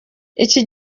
iki